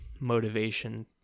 motivation